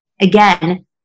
again